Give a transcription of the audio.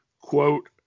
quote